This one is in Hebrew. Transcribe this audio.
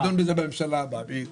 נדון בזה בממשלה הבאה, בדיוק.